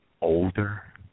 older